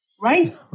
right